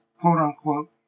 quote-unquote